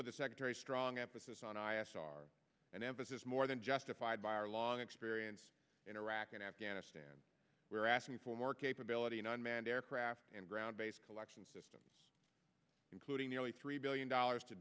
with the secretary strong emphasis on i f r and emphasis more than justified by our long experience in iraq and afghanistan were asking for more capability in unmanned aircraft and ground based collection systems including nearly three billion dollars to